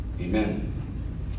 Amen